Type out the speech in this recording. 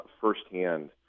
firsthand